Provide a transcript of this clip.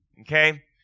Okay